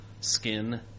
Skin